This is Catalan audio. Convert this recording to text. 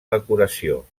decoració